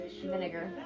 vinegar